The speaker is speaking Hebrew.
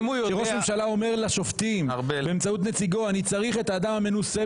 ראש ממשלה אומר לשופטים באמצעות נציגו שהוא צריך את האדם המנוסה